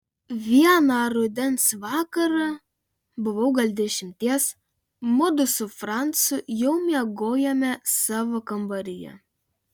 vieną rudens vakarą buvau gal dešimties mudu su francu jau miegojome savo kambaryje